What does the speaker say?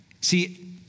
See